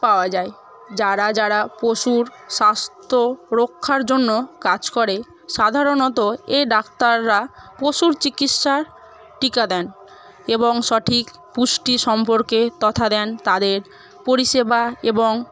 পাওয়া যায় যারা যারা পশুর স্বাস্থ্য রক্ষার জন্য কাজ করে সাধারণত এই ডাক্তাররা পশুর চিকিৎসার টিকা দেন এবং সঠিক পুষ্টি সম্পর্কে তথা দেন তাদের পরিষেবা এবং